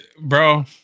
Bro